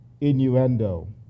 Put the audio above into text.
innuendo